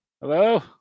Hello